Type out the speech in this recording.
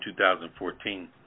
2014